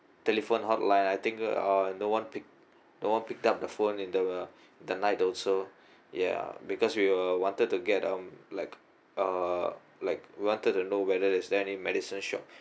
telephone hotline I think uh no one picked no one picked up the phone in the uh the night also ya because we uh wanted to get um like uh like we wanted to know whether is there any medicine shop